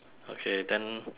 okay then